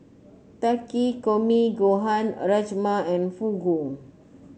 Takikomi Gohan Rajma and Fugu